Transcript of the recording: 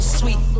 sweet